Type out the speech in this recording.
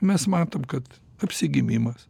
mes matom kad apsigimimas